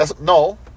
No